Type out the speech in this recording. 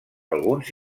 alguns